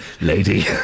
lady